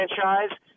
franchise